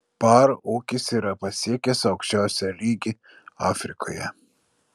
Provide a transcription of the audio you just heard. par ūkis yra pasiekęs aukščiausią lygį afrikoje